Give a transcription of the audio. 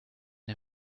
der